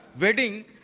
wedding